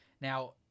Now